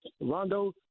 Rondo